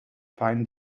fine